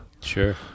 Sure